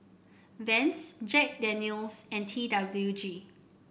Vans Jack Daniel's and T W G